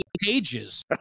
pages